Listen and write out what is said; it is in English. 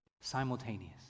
Simultaneous